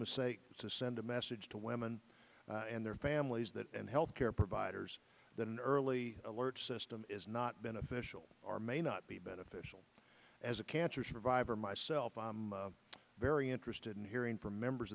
mistake to send a message to women and their families that and health care providers that an early alert system is not beneficial or may not be beneficial as a cancer survivor myself i'm very interested in hearing from members